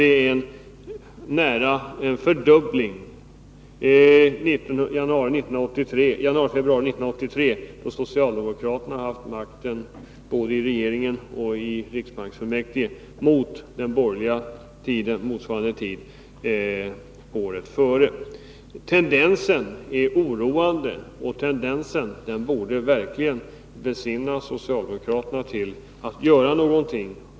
Det är nästan en fördubbling då socialdemokraterna haft makten både i regeringen och i riksbanksfullmäktige jämfört med motsvarande borgerliga tid året innan. Tendensen är oroande och den borde verkligen få socialdemokraterna att besinna att de måste göra något.